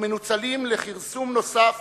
ומנוצלים לכרסום נוסף